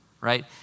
right